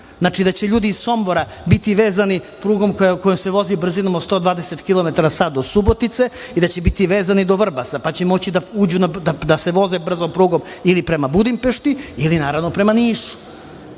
Znači da će ljudi iz Sombora biti vezani prugom koja se vozi brzinom od 120 km na sat do Subotice i da će biti vezani do Vrbasa, pa će moći da se voze brzom prugom ili prema Budimpešti ili naravno, prema Nišu.